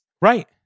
Right